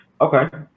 Okay